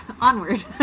Onward